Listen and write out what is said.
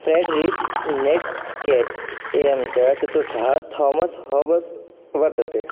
Friedrich Nietzsche एवञ्च चतुर्थः Thomas Hobbes वर्तते